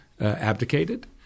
abdicated